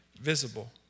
visible